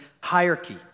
hierarchy